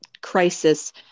crisis